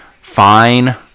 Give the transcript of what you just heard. Fine